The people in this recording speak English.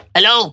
Hello